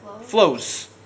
flows